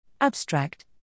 Abstract